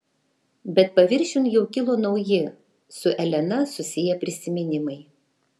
bet paviršiun jau kilo nauji su elena susiję prisiminimai